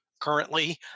currently